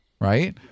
right